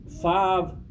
five